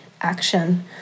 action